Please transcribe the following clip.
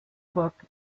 book